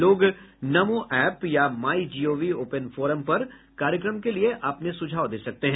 लोग नमो ऐप या MyGov open forum पर कार्यक्रम के लिए अपने सुझाव दे सकते हैं